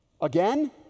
Again